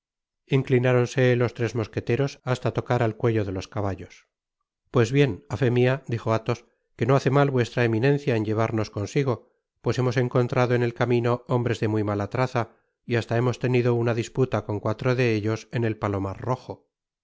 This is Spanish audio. inclináronse los tres mosqueteros hasta tocar al cuello de los caballos pues bien á fé mia dijo athos que no hace mal vuestra eminencia en llevarnos consigo pues hemos encontrado en el camino hombres de muy mala traza y hasta hemos tenido una disputa con cuatro de ellos en el palomar rojo una disputa y